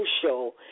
crucial